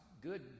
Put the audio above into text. good